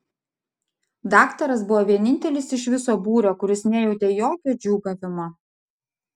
daktaras buvo vienintelis iš viso būrio kuris nejautė jokio džiūgavimo